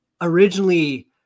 originally